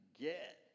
get